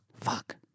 Fuck